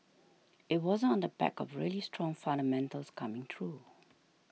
it wasn't on the back of really strong fundamentals coming through